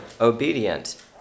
obedient